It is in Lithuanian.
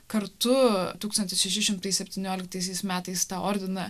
kartu tūkstantis šeši šimtai septynioliktaisiais metais tą ordiną